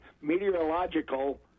meteorological